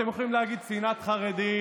אתם יכולים להגיד "שנאת חרדים",